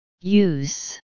Use